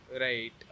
right